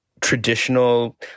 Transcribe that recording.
traditional